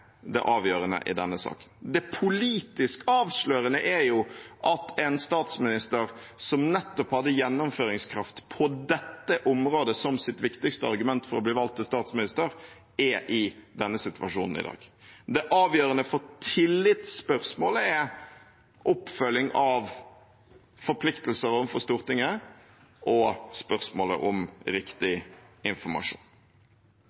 det avgjørende i denne saken. Det politisk avslørende er at en statsminister som nettopp hadde gjennomføringskraft på dette området som sitt viktigste argument for å bli valgt til statsminister, er i denne situasjonen i dag. Det avgjørende for tillitsspørsmålet er oppfølging av forpliktelser overfor Stortinget og spørsmålet om